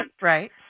Right